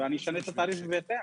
ואני אשנה את התעריף בהתאם.